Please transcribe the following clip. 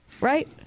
right